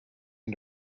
and